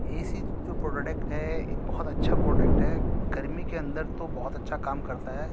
اے C جو product ہے ایک بہت اچھا پروڈکٹ ہے گرمی کے اندر تو بہت اچھا کام کرتا ہے